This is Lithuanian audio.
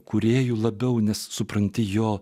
kūrėju labiau nes supranti jo